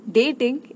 dating